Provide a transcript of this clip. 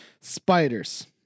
Spiders